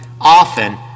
often